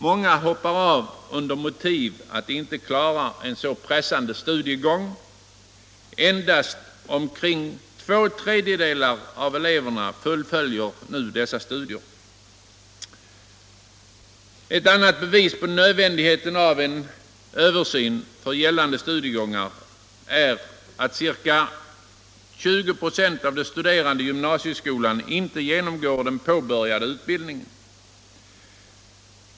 Många hoppar av med motiveringen att de inte klarar en så pressande studiegång. Endast omkring två tredjedelar av eleverna fullföljer studierna. Ett annat bevis på nödvändigheten av en översyn av gällande studiegångar är att ca 20 ". av de studerande i gymnasieskolan inte genomgår debatt Allmänpolitisk debatt den påbörjade utbildningen.